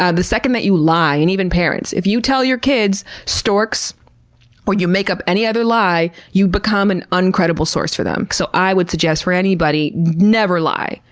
ah the second that you lie and even parents if you tell your kids about storks or you make up any other lie, you become an un-credible source for them. so i would suggest for anybody never lie.